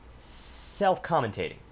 self-commentating